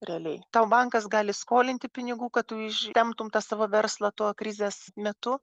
realiai tau bankas gali skolinti pinigų kad tu ištemptum tą savo verslą tuo krizės metu